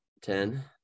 Ten